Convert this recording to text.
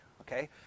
okay